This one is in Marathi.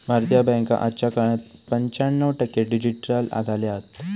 भारतीय बॅन्का आजच्या काळात पंच्याण्णव टक्के डिजिटल झाले हत